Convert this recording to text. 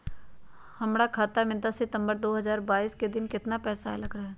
हमरा खाता में दस सितंबर दो हजार बाईस के दिन केतना पैसा अयलक रहे?